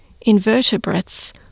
invertebrates